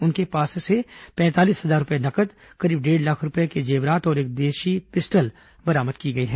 उनके पास से पैंतालीस हजार रूपए नगद करीब डेढ़ लाख रूपए के जेवरात और एक देशी पिस्टल बरामद की गई है